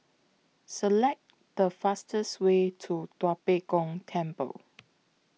Select The fastest Way to Tua Pek Kong Temple